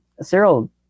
Cyril